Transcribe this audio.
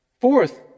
Fourth